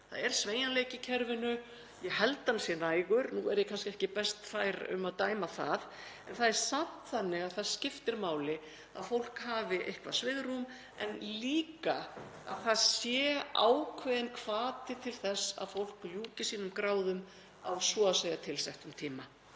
Það er sveigjanleiki í kerfinu, ég held hann sé nægur. Nú er ég kannski ekki best fær um að dæma það en það er samt þannig að það skiptir máli að fólk hafi eitthvert svigrúm en líka að það sé ákveðinn hvati til þess að fólk ljúki sínum gráðum á svo að segja tilsettum tíma.